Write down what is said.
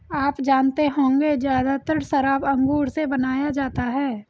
आप जानते होंगे ज़्यादातर शराब अंगूर से बनाया जाता है